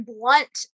blunt